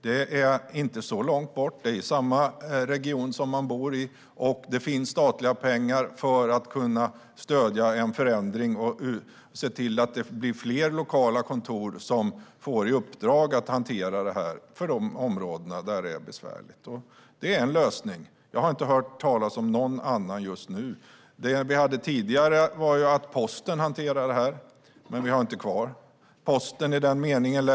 Det är inte så långt bort - det är i samma region som man bor i - och det finns statliga pengar för att stödja en förändring och se till att det blir fler lokala kontor som får i uppdrag att hantera detta i de områden där det är besvärligt. Det är en lösning - jag har inte hört talas om någon annan just nu. Tidigare var det Posten som hanterade detta, men vi har inte längre kvar Posten i den meningen.